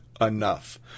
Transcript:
enough